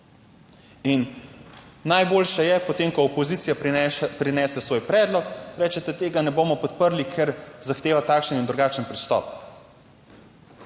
Najboljše je, potem ko opozicija prinese svoj predlog, rečete, tega ne bomo podprli, ker zahteva takšen in drugačen pristop.